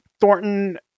Thornton